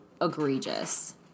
egregious